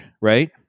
right